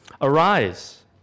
Arise